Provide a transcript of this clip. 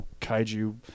kaiju